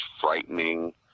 frightening